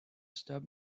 step